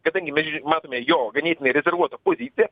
kadangi mes matome jo ganėtinai rezervuotą poziciją